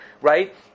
right